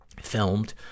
filmed